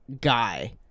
guy